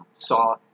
saw